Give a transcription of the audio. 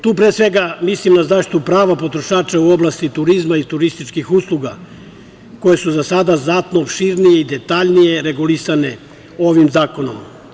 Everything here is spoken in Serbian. Tu pre svega mislim na zaštitu prava potrošača u oblasti turizma i turističkih usluga, koje su za sada znatno opširnije i detaljnije regulisane ovim zakonom.